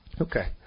Okay